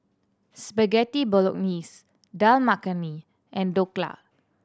Spaghetti Bolognese Dal Makhani and Dhokla